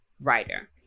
writer